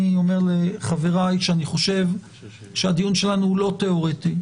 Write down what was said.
אני אומר לחבריי שאני חושב שהדיון שלנו הוא לא תיאורטי.